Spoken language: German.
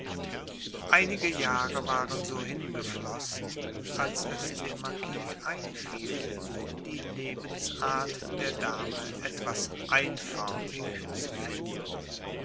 einige jahre waren so hingeflossen als es dem marquis einfiel die lebensart der dame etwas einförmig zu finden